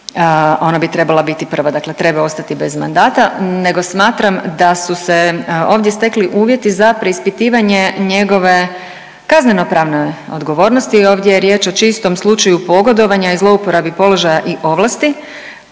ona bi trebala biti prva, dakle treba ostati bez mandata, nego smatram da su se ovdje stekli uvjeti za preispitivanje njegove kaznenopravne odgovornosti. Ovdje je riječ o čistom slučaju pogodovanja i zlouporabi položaja i ovlasti.